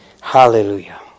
Hallelujah